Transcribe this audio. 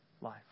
life